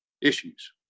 issues